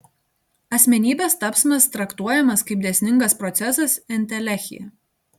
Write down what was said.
asmenybės tapsmas traktuojamas kaip dėsningas procesas entelechija